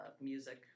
music